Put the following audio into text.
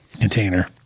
container